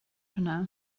hwnna